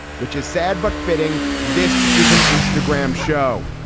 which is sad but fitting. this is an instagram show